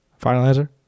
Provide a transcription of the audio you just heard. Finalizer